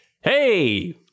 Hey